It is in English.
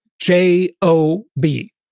J-O-B